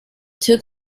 took